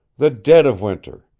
the dead of winter.